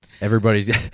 Everybody's